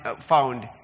found